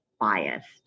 biased